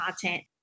content